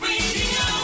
Radio